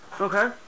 Okay